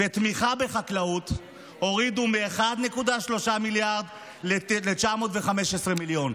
ותמיכה בחקלאות הורידו מ-1.3 מיליארד ל-915 מיליון.